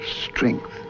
strength